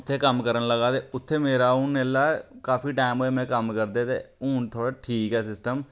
उत्थें कम्म करन लगा ते उत्थें मेरा अ'ऊं एल्लै काफी टाइम होई में कम्म करदे ते हून थोह्ड़ा ठीक ऐ सिस्टम